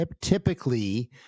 typically